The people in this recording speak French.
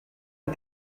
est